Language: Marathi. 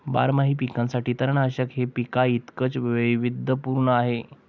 बारमाही पिकांसाठी तणनाशक हे पिकांइतकेच वैविध्यपूर्ण आहे